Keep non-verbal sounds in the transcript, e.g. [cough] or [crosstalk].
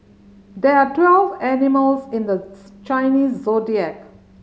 there are twelve animals in the [unintelligible] Chinese Zodiac